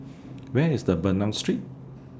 Where IS The Bernam Street